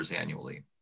annually